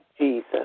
Jesus